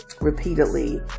repeatedly